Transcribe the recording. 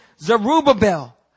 Zerubbabel